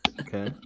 Okay